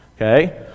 okay